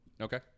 Okay